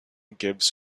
gives